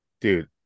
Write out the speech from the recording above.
dude